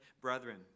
brethren